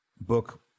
book